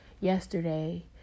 yesterday